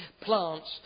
plants